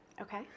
Okay